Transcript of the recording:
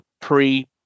pre